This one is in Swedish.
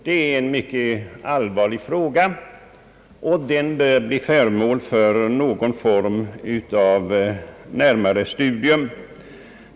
Det är en mycket allvarlig fråga, och den bör bli föremål för något ingående studium.